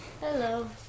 Hello